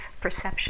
perception